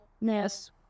Yes